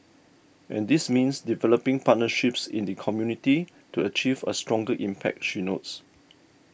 and this means developing partnerships in the community to achieve a stronger impact she notes